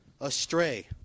astray